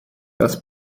das